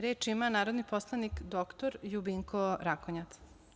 Reč ima narodni poslanik dr Ljubinko Rakonjac.